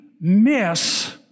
miss